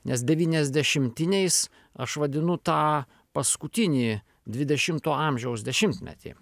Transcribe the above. nes devyniasdešimtiniais aš vadinu tą paskutinį dvidešimto amžiaus dešimtmetį